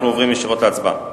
אנחנו עוברים ישירות להצבעה.